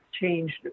changed